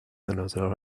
another